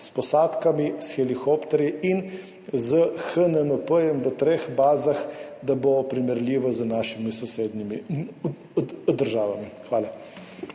s posadkami, s helikopterji in s HNMP v treh bazah, da bo primerljivo z našimi sosednjimi državami. Hvala.